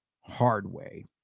Hardway